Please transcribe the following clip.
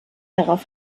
darauf